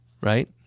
right